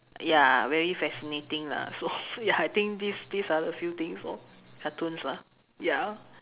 ya very fascinating lah so ya I think these are the few things lor cartoons lah ya